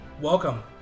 welcome